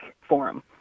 forum